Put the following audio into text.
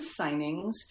signings